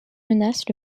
menacent